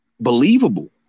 believable